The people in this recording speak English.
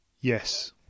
yes